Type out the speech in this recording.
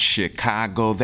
Chicago